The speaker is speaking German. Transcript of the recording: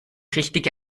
richtige